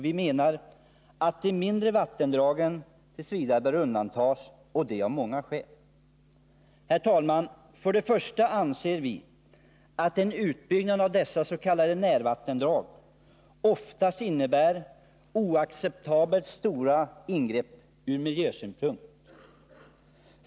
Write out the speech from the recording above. Vi anser att de mindre vattendragen t. v. bör undantas, och det av många skäl. Herr talman! För det första anser vi att en utbyggnad av dessa s.k. närvattendrag oftast innebär oacceptabelt stora ingrepp ur miljösynpunkt.